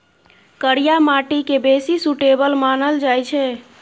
करिया माटि केँ बेसी सुटेबल मानल जाइ छै